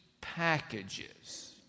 packages